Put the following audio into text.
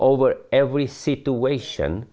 over every situation